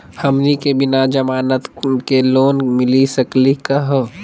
हमनी के बिना जमानत के लोन मिली सकली क हो?